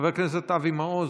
חבר הכנסת אבי מעוז.